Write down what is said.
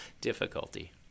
difficulty